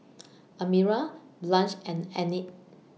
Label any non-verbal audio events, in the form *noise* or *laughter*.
*noise* Amira Blanch and Enid